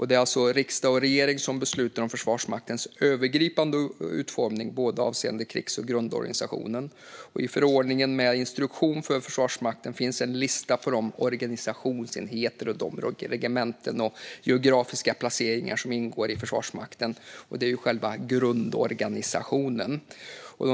Det är alltså riksdag och regering som beslutar om Försvarsmaktens övergripande utformning både avseende krigs och grundorganisationen. I förordningen med instruktion för Försvarsmakten finns en lista med de organisationsenheter, regementen och geografiska placeringar som ingår i Försvarsmakten. Det är själva grundorganisationen.